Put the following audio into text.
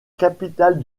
capitale